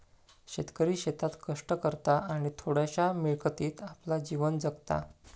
शेतकरी शेतात कष्ट करता आणि थोड्याशा मिळकतीत आपला जीवन जगता